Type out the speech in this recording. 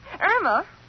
Irma